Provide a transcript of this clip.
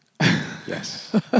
Yes